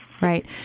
Right